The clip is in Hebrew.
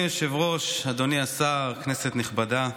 אדוני היושב-ראש, אדוני השר, כנסת נכבדה,